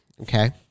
Okay